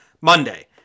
Monday